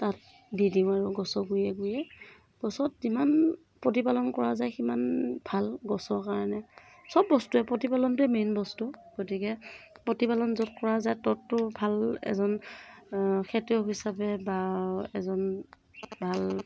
তাত দি দিওঁ আৰু গছৰ গুৰিয়ে গুৰিয়ে গছত যিমান প্ৰতিপালন কৰা যায় সিমান ভাল গছৰ কাৰণে চব বস্তুৱে প্ৰতিপালনটোৱে মেইন বস্তু গতিকে প্ৰতিপালন য'ত কৰা যায় ত'ততো ভাল এজন খেতিয়ক হিচাপে বা এজন ভাল